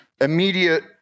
immediate